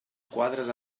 quadres